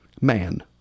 Man